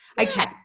Okay